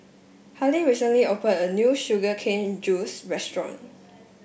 Harley recently opened a new Sugar Cane Juice Restaurant